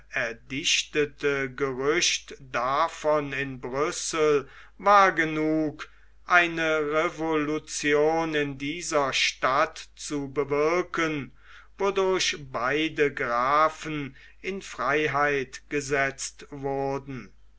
erdichtete gerücht davon in brüssel war genug eine revolution in dieser stadt zu bewirken wodurch beide grafen in freiheit gesetzt wurden